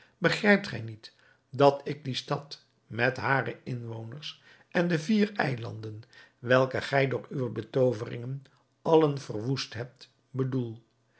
begrijpt gij niet dat ik die stad met hare inwoners en de vier eilanden welke gij door uwe betooveringen allen verwoest hebt bedoel